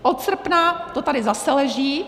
Od srpna to tady zase leží.